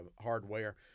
Hardware